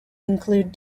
include